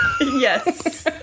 Yes